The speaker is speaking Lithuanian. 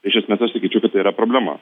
tai iš esmės aš sakyčiau kad tai yra problema